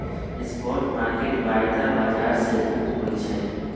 spot market वायदा बाजार से भिन्न होइ छइ